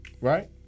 Right